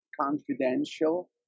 confidential